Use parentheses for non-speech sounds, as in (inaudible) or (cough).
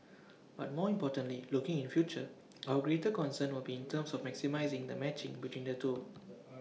but more importantly looking in future (noise) our greater concern will be in terms of maximising the matching between the two